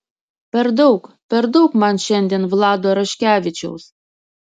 per daug per daug man šiandien vlado raškevičiaus